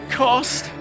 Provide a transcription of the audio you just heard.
cost